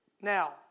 Now